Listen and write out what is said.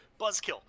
buzzkill